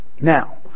Now